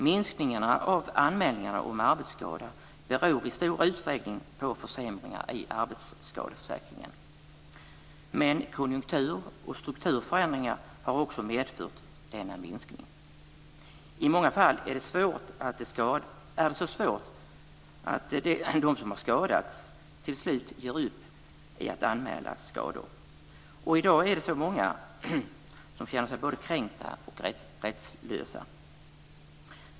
Minskningen av anmälningar om arbetsskada beror i stor utsträckning på försämringar i arbetsskadeförsäkringen. Men konjunkturen och strukturförändringar har också bidragit till denna minskning. I många fall är det så svårt att de som har skadats till slut ger upp när det gäller att anmäla skador. I dag är det så många som känner sig både kränkta och rättslösa.